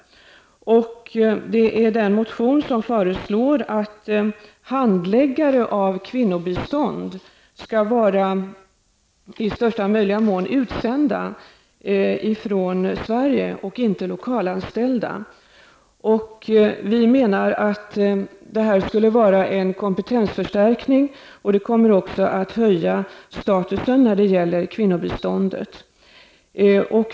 I denna motion föreslås att handläggare av kvinnobistånd i största möjliga utsträckning skall vara utsända från Sverige och att man alltså inte skall ha lokalanställda handläggare. Vi menar att detta skulle vara en kompetensförstärkning, och det kommer också att höja statusen när det gäller kvinnobiståndet.